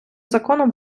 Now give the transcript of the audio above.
законом